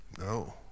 No